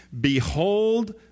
Behold